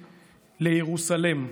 לירוסלם.